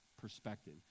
perspective